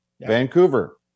Vancouver